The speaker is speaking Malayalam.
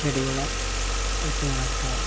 ചെടികളെ വീട്ടിൽ വളർത്താം